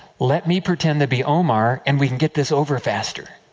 let me pretend to be omar, and we can get this over, faster.